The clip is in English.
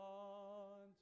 on